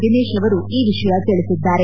ದಿನೇಶ್ ಅವರು ಈ ವಿಷಯ ತಿಳಿಸಿದ್ದಾರೆ